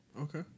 Okay